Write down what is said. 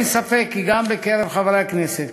אין ספק כי גם בקרב חברי הכנסת,